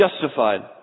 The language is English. justified